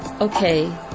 Okay